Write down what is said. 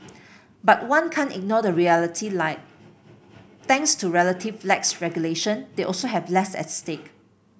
but one can't ignore the reality like thanks to relative lax regulation they also have less at stake